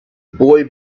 boy